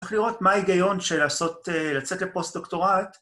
‫אפשר לראות מה ההיגיון ‫של לצאת לפוסט-דוקטורט.